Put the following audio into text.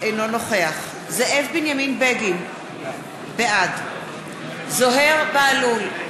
אינו נוכח זאב בנימין בגין, בעד זוהיר בהלול,